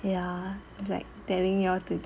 ya like telling you all to